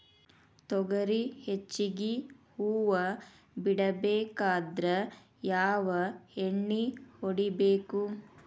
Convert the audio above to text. ತೊಗರಿ ಹೆಚ್ಚಿಗಿ ಹೂವ ಬಿಡಬೇಕಾದ್ರ ಯಾವ ಎಣ್ಣಿ ಹೊಡಿಬೇಕು?